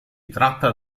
tratta